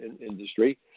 industry